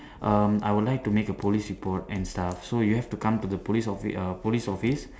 um I would like to make a police report and stuff so you have to come to the police office err police office